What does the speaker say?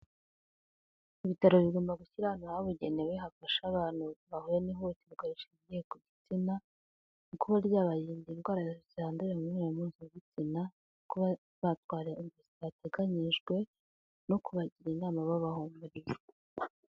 Ibitaro bigomba gushyiraho ahantu habugenewe hafasha abantu bahuye n'ihohoterwa rishingiye ku gitsina, mu kuba ryabarinda indwara zandurira mu mibonano mpuzabitsina, kuba batwara inda zitateganyijwe no kubagira inama babahumuriza.